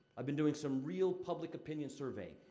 i've been doing some real public opinion survey,